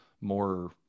more